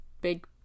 big